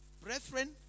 Brethren